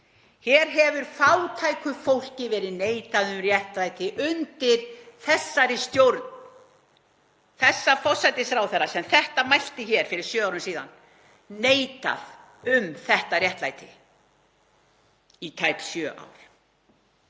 Hér hefur fátæku fólki verið neitað um réttlæti undir þessari stjórn þessa forsætisráðherra sem þetta mælti hér fyrir sjö árum síðan, neitað um þetta réttlæti í tæp sjö ár.